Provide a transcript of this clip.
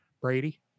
Brady